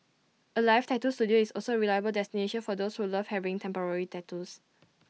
alive tattoo Studio is also reliable destination for those who love having temporary tattoos